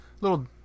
little